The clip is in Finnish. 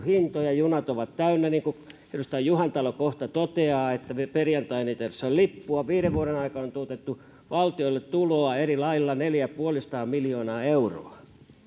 hintoja junat ovat täynnä niin kuin edustaja juhantalo kohta toteaa perjantaina ei tahdo saada lippua viiden vuoden aikana on tuotettu valtiolle tuloa eri lailla neljäsataaviisikymmentä miljoonaa euroa